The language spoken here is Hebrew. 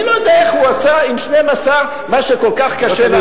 אני לא יודע איך הוא עשה עם 12 מה שכל כך קשה לעשות פה.